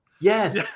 Yes